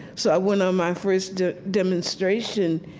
so i went on my first demonstration,